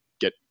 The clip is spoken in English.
get